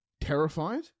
terrified